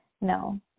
No